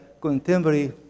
contemporary